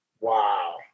Wow